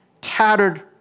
tattered